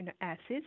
acids